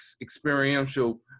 experiential